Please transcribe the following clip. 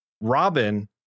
Robin